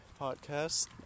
podcast